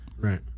Right